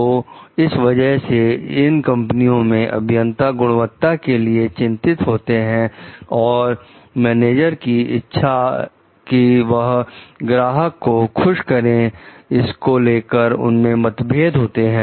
तो इस वजह से इन कंपनियों में अभियंता गुणवत्ता के लिए चिंतित होते हैं और मैनेजर की इच्छा कि वह ग्राहक को खुश करें इसको लेकर उनमें मतभेद होते हैं